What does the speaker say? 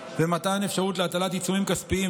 ומתן אפשרות להטלת עיצומים כספיים,